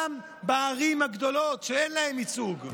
גם בערים הגדולות, שאין להן ייצוג,